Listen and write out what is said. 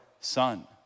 son